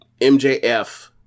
MJF